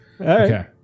Okay